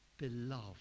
beloved